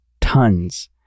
Tons